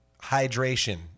Hydration